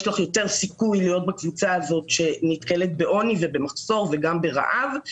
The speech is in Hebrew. יש לך יותר סיכוי להיות בקבוצה הזאת שנתקלת בעוני ובמחסור וגם ברעב,